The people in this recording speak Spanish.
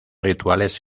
rituales